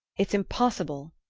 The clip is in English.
it's impossible,